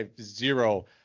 zero